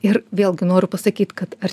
ir vėlgi noriu pasakyt kad ar